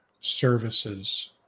services